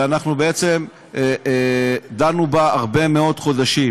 ואנחנו בעצם דנו בה הרבה מאוד חודשים.